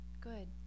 Good